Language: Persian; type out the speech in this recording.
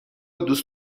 دوست